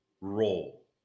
role